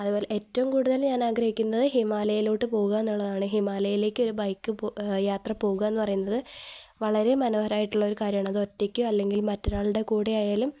അതുപോലെ ഏറ്റവും കൂടുതൽ ഞാൻ ആഗ്രഹിക്കുന്നത് ഹിമാലയയിലോട്ടു പോവുക എന്നുള്ളതാണ് ഹിമാലയയിലേക്ക് ഒരു ബൈക്ക് യാത്ര പോവുകയെന്നു പറയുന്നതു വളരെ മനോഹരായിട്ടുള്ളൊരു കാര്യമാണ് അത് ഒറ്റയ്ക്കോ അല്ലെങ്കിൽ മറ്റരാളുടെ കൂടെ ആയാലും